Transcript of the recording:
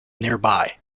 nearby